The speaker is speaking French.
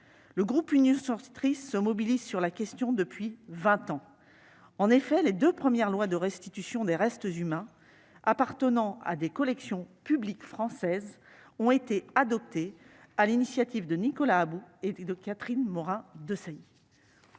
Le groupe Union Centriste se mobilise sur la question depuis vingt ans. En effet, les deux premières lois de restitution de restes humains appartenant à des collections publiques françaises ont été adoptées sur l'initiative de Nicolas About et Catherine Morin-Desailly.